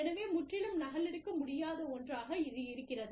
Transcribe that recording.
எனவே முற்றிலும் நகலெடுக்க முடியாத ஒன்றாக இது இருக்கிறது